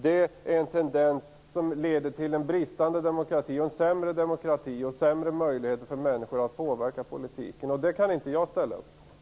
Det är en tendens om leder till en sämre demokrati och sämre möjligheter för människor att påverka politiken. Det kan inte jag ställa upp på.